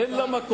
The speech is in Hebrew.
אין לה מקום,